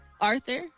arthur